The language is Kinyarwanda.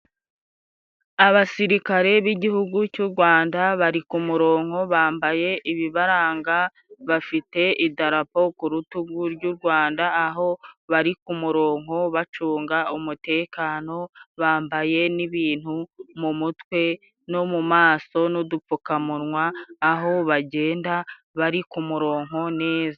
Abasirikare b'igihugu cy'u Rwanda bari ku murongo, bambaye ibibaranga, bafite idarapo ku rutugu ry'u Rwanda, aho bari ku murongo bacunga umutekano, bambaye n'ibintu mu mutwe, no mu maso, n'udupfukamunwa, aho bagenda bari ku murongo neza.